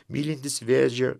mylintys vėžio